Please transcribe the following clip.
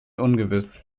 ungewiss